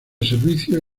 servicios